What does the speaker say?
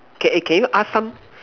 can eh can you ask some